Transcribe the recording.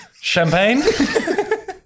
champagne